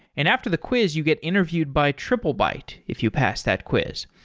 and after the quiz you get interviewed by triplebyte if you pass that quiz.